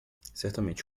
certamente